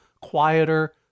quieter